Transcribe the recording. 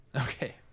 Okay